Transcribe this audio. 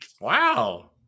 Wow